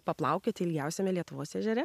paplaukioti ilgiausiame lietuvos ežere